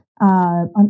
on